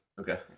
Okay